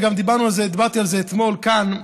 דיברתי על זה אתמול כאן,